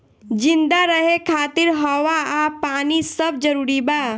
जिंदा रहे खातिर हवा आ पानी सब जरूरी बा